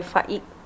Faik